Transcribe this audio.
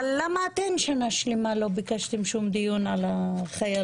אבל למה אתם שנה שלמה לא ביקשתם שום דיון על החיילות?